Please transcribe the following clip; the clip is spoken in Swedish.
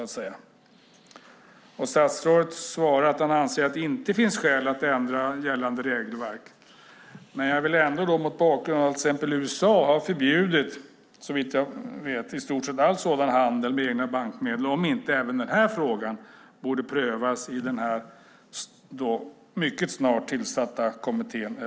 Statsrådet svarar att han inte anser att det finns skäl att ändra gällande regelverk. Såvitt jag vet har USA förbjudit i stort sett all handel med egna bankmedel. Mot bakgrund av det undrar jag om inte även den här frågan borde prövas i den mycket snart tillsatta kommittén.